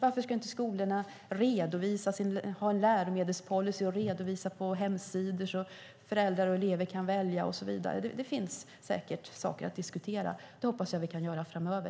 Varför ska inte skolorna kunna ha en läromedelspolicy att redovisa på hemsidor, så att föräldrar och elever kan välja? Det finns säkert saker att diskutera, och det hoppas jag att vi kan göra framöver.